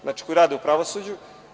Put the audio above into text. Znači, koji rade u pravosuđu.